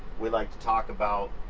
we like to talk about